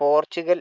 Portugal